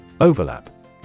Overlap